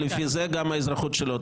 לפי זה גם האזרחות שלו תישלל.